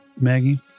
Maggie